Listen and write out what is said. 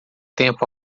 tempo